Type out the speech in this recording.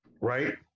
right